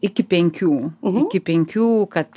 iki penkių iki penkių kad